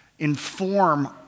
inform